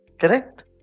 Correct